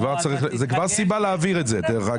זאת כבר סיבה להעביר את זה.